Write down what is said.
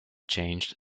changed